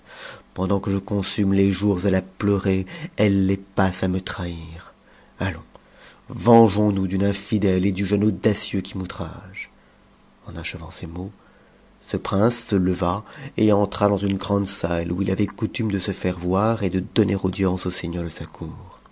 pendant que je consume les jours à la pleurer elle les passe à me trahir allons vengeons nous d'une insdèle et du jeune audacieux qui m'outrage b en achevant ces mots ce prince se leva et entra dans une grande salle où il avait coutume de se faire voir et de donner au dience aux seigneurs de sa cour